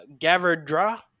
Gavardra